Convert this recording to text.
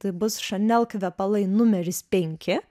tai bus šanel kvepalai numeris penki